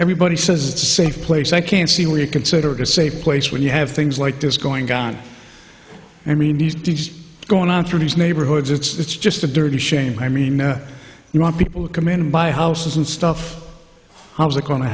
everybody says it's a safe place i can't see where you consider it a safe place when you have things like this going on i mean these days going on through these neighborhoods it's just a dirty shame i mean you want people to come in and buy houses and stuff how is it going to